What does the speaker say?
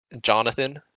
Jonathan